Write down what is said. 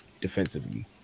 defensively